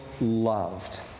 loved